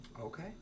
Okay